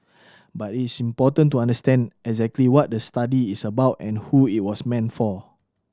but it's important to understand exactly what the study is about and who it was meant for